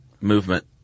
Movement